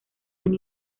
gran